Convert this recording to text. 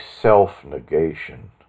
self-negation